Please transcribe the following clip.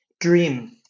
Dream